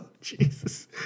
Jesus